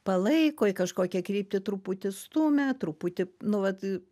palaiko į kažkokią kryptį truputį stumia truputį nu vat